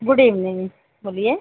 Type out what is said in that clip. good evening बोलीये